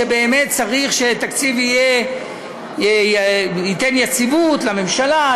באמת צריך שתקציב ייתן יציבות לממשלה,